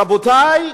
רבותי,